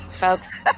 folks